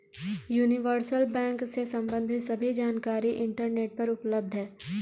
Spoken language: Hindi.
यूनिवर्सल बैंक से सम्बंधित सभी जानकारी इंटरनेट पर उपलब्ध है